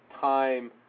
time